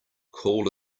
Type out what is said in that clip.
call